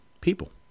people